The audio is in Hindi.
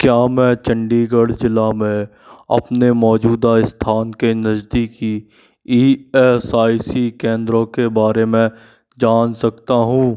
क्या मैं चंडीगढ़ ज़िला में अपने मौजूदा स्थान के नज़दीकी ई एस आई सी केंद्रों के बारे में जान सकता हूँ